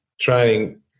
Training